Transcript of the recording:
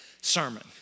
sermon